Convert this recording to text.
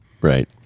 Right